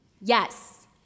yes